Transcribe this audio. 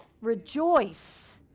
Rejoice